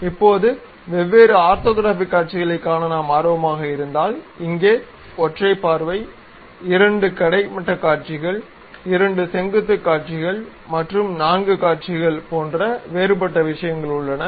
இப்போது வெவ்வேறு ஆர்த்தோகிராஃபிக் காட்சிகளைக் காண நாம் ஆர்வமாக இருந்தால் இங்கே ஒற்றை பார்வை இரண்டு கிடைமட்டக் காட்சிகள் இரண்டு செங்குத்து காட்சிகள் மற்றும் நான்கு காட்சிகள் போன்ற வேறுபட்ட விஷயங்கள் உள்ளன